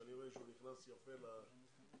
שאני רואה שהוא נכנס יפה למשימה.